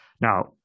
Now